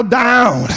down